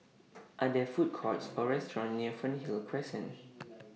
Are There Food Courts Or restaurants near Fernhill Crescent